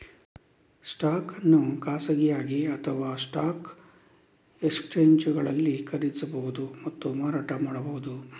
stock ಅನ್ನು ಖಾಸಗಿಯಾಗಿ ಅಥವಾಸ್ಟಾಕ್ ಎಕ್ಸ್ಚೇಂಜುಗಳಲ್ಲಿ ಖರೀದಿಸಬಹುದು ಮತ್ತು ಮಾರಾಟ ಮಾಡಬಹುದು